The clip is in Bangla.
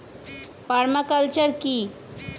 পার্মা কালচার কি?